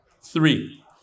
Three